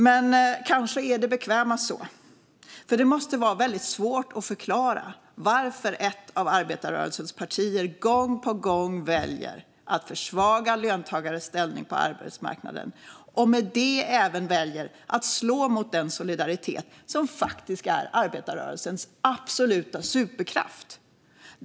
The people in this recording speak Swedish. Men kanske är det bekvämast så, för det måste vara svårt att förklara varför ett av arbetarrörelsens partier gång på gång väljer att försvaga löntagares ställning på arbetsmarknaden och med det även väljer att slå mot den solidaritet som faktiskt är arbetarrörelsens absoluta superkraft.